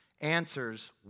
answers